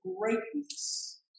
greatness